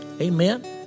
Amen